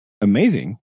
amazing